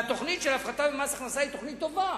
והתוכנית של הפחתה במס הכנסה היא תוכנית טובה